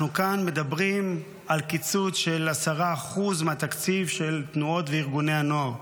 אנחנו מדברים כאן על קיצוץ של 10% מהתקציב של תנועות וארגוני הנוער.